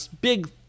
big